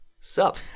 Sup